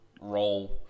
role